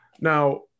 now